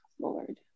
Lord